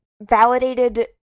validated